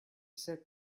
said